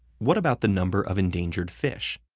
what about the number of endangered fish?